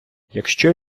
якщо